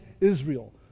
Israel